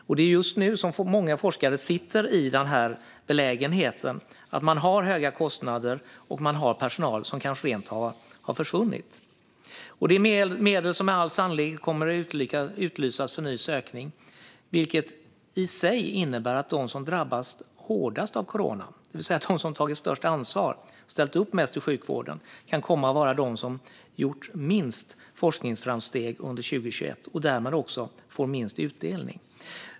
Men det är ju just nu som många forskare sitter i belägenheten att man har höga kostnader och personal som kanske rent av har försvunnit. Det är medel som med all sannolikhet kommer att utlysas för ny sökning, vilket i sig innebär att de som drabbas hårdast av corona, det vill säga de som tagit störst ansvar och ställt upp mest i sjukvården, kan komma att vara de som gjort minst forskningsframsteg under 2021 och därmed också får minst utdelning.